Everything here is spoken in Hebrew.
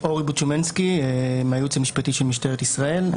אני מהייעוץ המשפטי של משטרת ישראל,